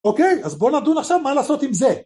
אוקיי? אז בואו נדון עכשיו מה לעשות עם זה.